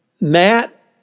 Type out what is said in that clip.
Matt